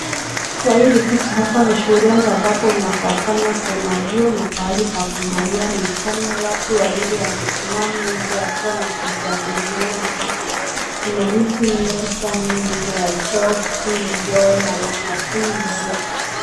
Kwa hili picha kuna shule na pahali pa kunawa mikono watu wawili wamesimama nche ya choo na kujadiliana kuna miti mingi sana nyuma ya choo hizo ya wanafunzi.